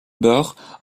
bord